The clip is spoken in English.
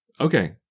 Okay